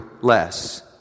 less